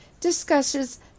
discusses